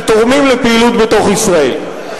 שתורמים לפעילות בתוך ישראל.